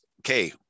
okay